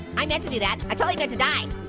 i meant to do that. i totally meant to die.